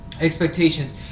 Expectations